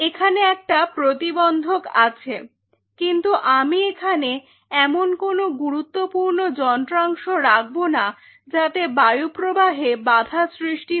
এখানে একটা প্রতিবন্ধক আছে কিন্তু আমি এখানে এমন কোন গুরুত্বপূর্ণ যন্ত্রাংশ রাখবো না যাতে বায়ুপ্রবাহে বাধা সৃষ্টি হয়